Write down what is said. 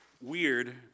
weird